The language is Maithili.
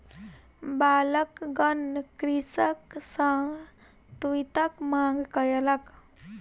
बालकगण कृषक सॅ तूईतक मांग कयलक